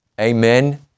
Amen